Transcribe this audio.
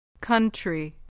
Country